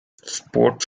sport